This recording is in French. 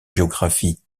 géographie